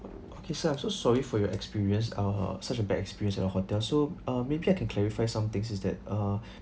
okay sir I'm so sorry for your experience uh such a bad experience at our hotel so uh maybe I can clarify some things is that uh